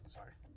Sorry